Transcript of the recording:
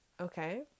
Okay